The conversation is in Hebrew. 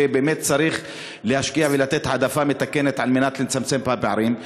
שבאמת צריך להשקיע ולתת העדפה מתקנת על מנת לצמצם פערים.